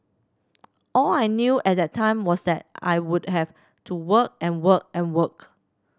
all I knew at that time was that I would have to work and work and work